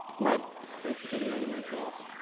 my big titty anime girls.